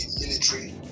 military